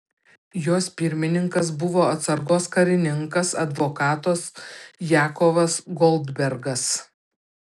jos pirmininkas buvo atsargos karininkas advokatas jakovas goldbergas